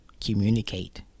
Communicate